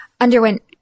underwent